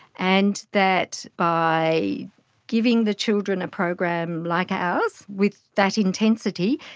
and that by giving the children a program like ours with that intensity,